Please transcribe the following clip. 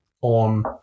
on